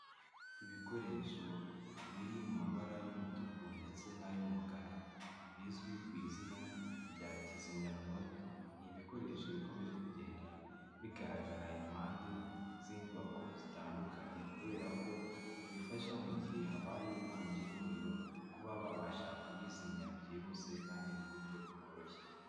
Ibikoresho biri mu mabara y'umutuku ndetse n'ay'umukara bizwi ku izina rya kizimyamowoto, ni ibikoresho bikomeje kugenda bigaragara impande z'inyubako zitandukanye, kubera ko bifasha mu gihe habaye inkongi y'umuriro, kuba babasha kuyizimya byihuse kandi mu buryo bworoshye.